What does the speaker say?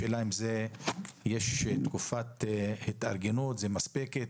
השאלה אם יש תקופת התארגנות מספקת.